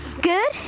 Good